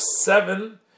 seven